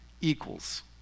Equals